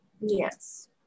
Yes